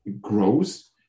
grows